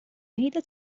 mejda